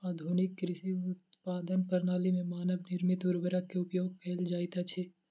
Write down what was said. आधुनिक कृषि उत्पादनक प्रणाली में मानव निर्मित उर्वरक के उपयोग कयल जाइत अछि